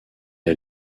est